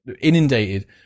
inundated